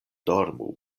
dormu